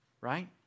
right